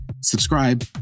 Subscribe